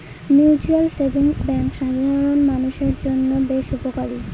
mutual savings bank সাধারন মানুষের জন্য বেশ উপকারী